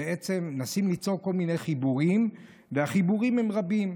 מנסים ליצור כל מיני חיבורים, והחיבורים הם רבים.